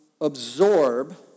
absorb